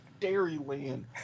Dairyland